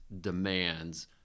demands